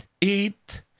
eat